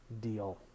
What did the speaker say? deal